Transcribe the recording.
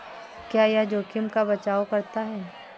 क्या यह जोखिम का बचाओ करता है?